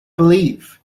believe